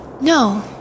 No